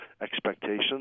expectations